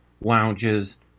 lounges